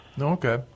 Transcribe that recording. Okay